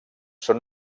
són